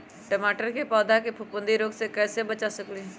टमाटर के पौधा के फफूंदी रोग से कैसे बचा सकलियै ह?